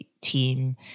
team